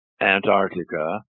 Antarctica